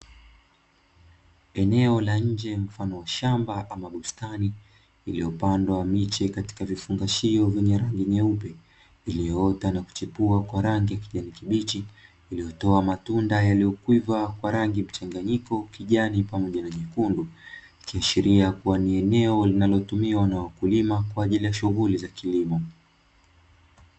Eneo la nje mfano wa shamba ama bustani lililopandwa miche kwenye vifungashio vyenye rangi nyeupe, iliyoota na kuchipua kwa rangi kijani kibichi inayotoa matunda na yaliyokwiva kwa rangi mchanganyiko kijani pamoja na nyekundu ikiashiria kuwa ni eneo linalotumiwa na wakulima kwa ajili ya shughuli za kilimo.